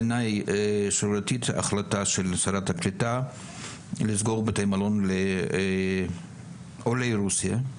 בעיניי זאת החלטה שרירותית של שרת הקליטה לסגור בתי מלון לעולי רוסיה,